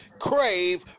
Crave